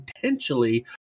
potentially